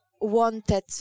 wanted